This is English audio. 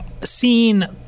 seen